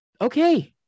Okay